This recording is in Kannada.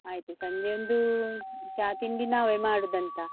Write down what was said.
ಆಯಿತು ಸಂಜೆ ಒಂದು ಚಾ ತಿಂಡಿ ನಾವೇ ಮಾಡೋದಂತ